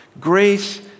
Grace